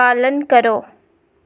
पालन करो